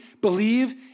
believe